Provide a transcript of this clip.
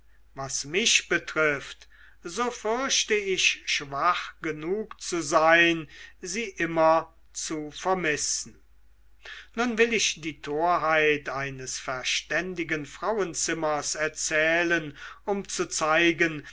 was mich betrifft so fürchte ich schwach genug zu sein sie immer zu vermissen nun will ich die torheit eines verständigen frauenzimmers erzählen um zu zeigen